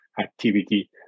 activity